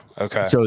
okay